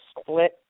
split